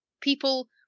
people